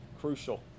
crucial